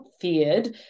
feared